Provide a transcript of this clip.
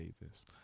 Davis